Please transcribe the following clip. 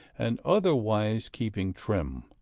and otherwise keeping trim.